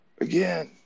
Again